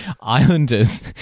Islanders